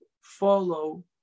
follow